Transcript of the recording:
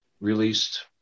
released